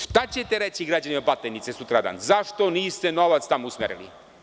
Šta ćete reći građanima Batajnice sutradan, zašto niste novac tamo usmerili?